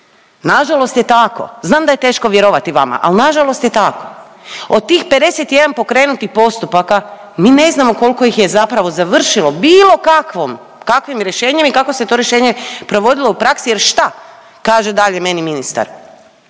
Nažalost je tako, znam da je teško vjerovati vama, ali nažalost je tako. Od tih 51 pokrenutih postupaka mi ne znamo koliko ih je zapravo završilo bilo kakvom, kakvim rješenjem i kako se to rješenje provodilo u praksi jer šta, kaže dalje meni ministar,